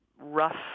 rough